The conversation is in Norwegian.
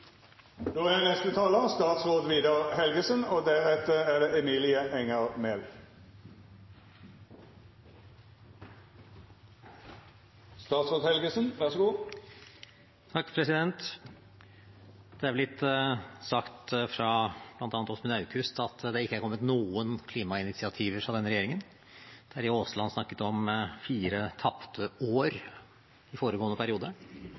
Det er blitt sagt av bl.a. representanten Åsmund Aukrust at det ikke er kommet noen klimainitiativer fra denne regjeringen. Representanten Terje Aasland snakket om fire tapte år i foregående periode.